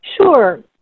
Sure